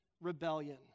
rebellion